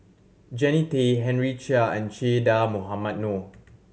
Jannie Tay Henry Chia and Che Dah Mohamed Noor